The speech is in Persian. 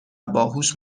باهوش